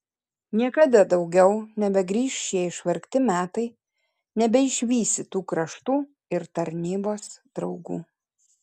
niekada daugiau nebegrįš šie išvargti metai nebeišvysi tų kraštų ir tarnybos draugų